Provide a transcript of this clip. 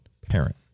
parent